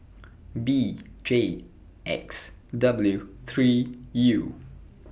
B J X W three U